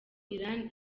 iran